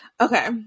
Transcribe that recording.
okay